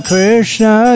Krishna